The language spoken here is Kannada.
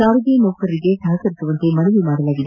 ಸಾರಿಗೆ ನೌಕರರಿಗೆ ಸಹಕರಿಸುವಂತೆ ಮನವಿ ಮಾಡಲಾಗಿದೆ